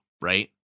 right